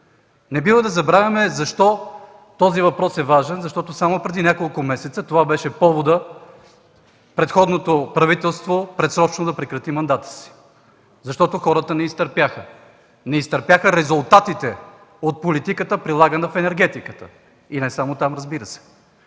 Не бива да забравяме защо този въпрос е важен. Защото само преди няколко месеца това беше поводът предходното правителство предсрочно да прекрати мандата си. Защото хората не изтърпяха. Не изтърпяха резултатите от политиката, прилагана в енергетиката. И не само там, разбира се.